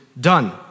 done